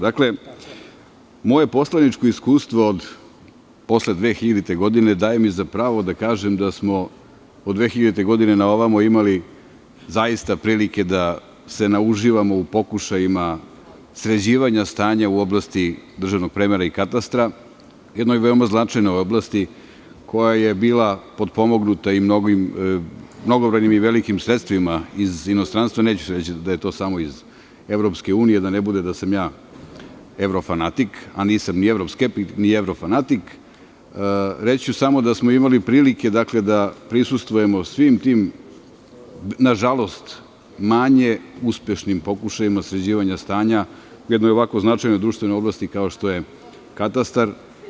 Dakle, moje poslaničko iskustvo posle 2000. godine daje mi za pravo da kažem da smo od 2000. godine na ovamo imali zaista prilike da se nauživamo u pokušajima sređivanja stanja u oblasti državnog premera i katastra, jednoj veoma značajnoj oblasti koja je bila podpomognuta i mnogobrojnim i velikim sredstvima iz inostranstva, neću reći da je to samo iz EU, da ne bude da sam ja evro fanatik, a nisam ni evro skeptik, ni evro fanatik, reći ću samo da smo imali prilike da prisustvujemo svim tim, nažalost, manje uspešnim pokušajima sređivanja stanja u jednoj ovakvo značajnoj društvenoj oblasti kao što je katastar.